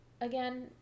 again